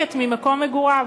מרוחקת ממקום מגוריו?